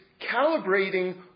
calibrating